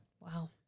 Wow